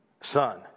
Son